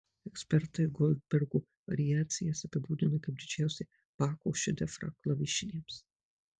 ekspertai goldbergo variacijas apibūdina kaip didžiausią bacho šedevrą klavišiniams